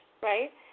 Right